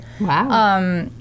Wow